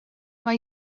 mae